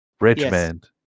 Richmond